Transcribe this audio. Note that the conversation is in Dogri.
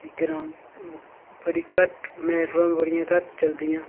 फ्ही ग्रांऽ बड़ी घट्ट मैटाडोरां बी बड़ियां घट्ट चलदियां